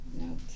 no